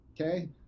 Okay